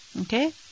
Okay